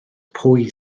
pwy